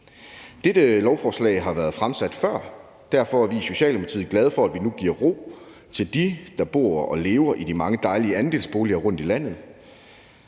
Dette lovforslag har været fremsat før, og derfor er vi i Socialdemokratiet glade for, at vi nu giver ro til dem, der bor og lever i de mange dejlige andelsboliger rundtom i landet.